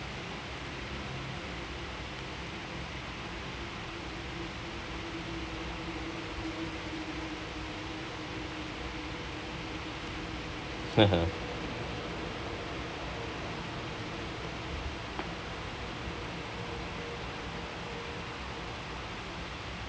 mmhmm